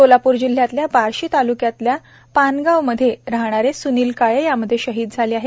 सोलापूर जिल्ह्यातल्या बार्शी तालुक्यातल्या पानगावमध्ये राहणारे सुनील काळे यामध्ये शहीद झाले आहेत